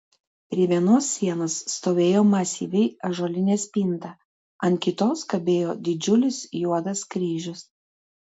prie vienos sienos stovėjo masyvi ąžuolinė spinta ant kitos kabėjo didžiulis juodas kryžius